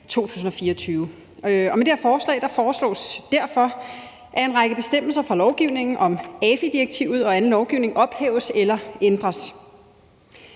2024, og med det her forslag foreslås det derfor, at en række bestemmelser fra lovgivningen om AFI-direktivet og anden lovgivning ophæves eller ændres.